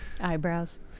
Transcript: Eyebrows